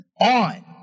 on